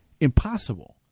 impossible